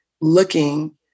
looking